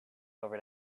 over